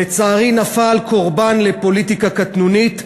ולצערי נפל קורבן לפוליטיקה קטנונית,